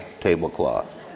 tablecloth